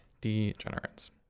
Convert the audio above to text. degenerates